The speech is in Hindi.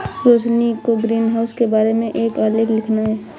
रोशिनी को ग्रीनहाउस के बारे में एक आलेख लिखना है